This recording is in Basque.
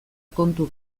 kontu